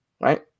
Right